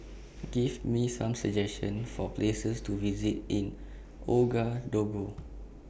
Give Me Some suggestions For Places to visit in Ouagadougou